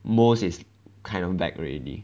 most is kind of back already